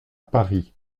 paris